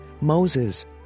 Moses